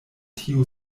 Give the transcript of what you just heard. tiu